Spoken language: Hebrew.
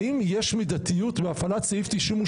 האם יש מידתיות בהפעלת סעיף 98,